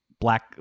black